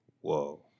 Whoa